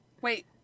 Wait